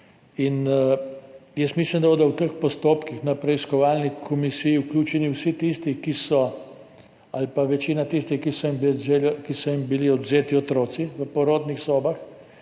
ne. Jaz mislim, da bodo v te postopke na preiskovalni komisiji vključeni vsi tisti ali pa večina tistih, ki so jim bili odvzeti otroci v porodnih sobah,